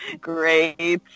great